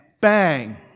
Bang